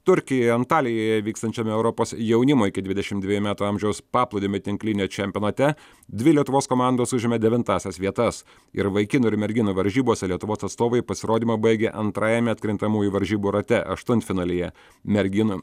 turkijoje antalijoje vykstančiame europos jaunimo iki dvidešim dvejų metų amžiaus paplūdimio tinklinio čempionate dvi lietuvos komandos užėmė devintąsias vietas ir vaikinų ir merginų varžybose lietuvos atstovai pasirodymą baigė antrajame atkrintamųjų varžybų rate aštuntfinalyje merginų